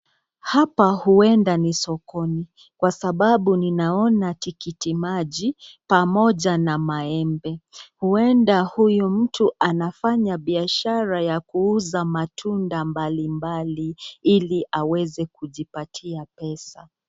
Hapa ueda ni sokoni kwa sababu ninaona tikiti maji pamoja na maembe, uede huyu mtu anafanya biashara ya kuuza matunda mbalimbali ili aweze kujipatia pesa.